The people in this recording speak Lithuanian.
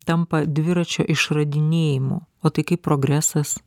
tampa dviračio išradinėjimu o tai kaip progresas